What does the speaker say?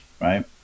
right